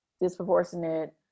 disproportionate